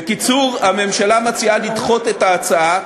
בקיצור, הממשלה מציעה לדחות את ההצעה,